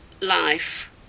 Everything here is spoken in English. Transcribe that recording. life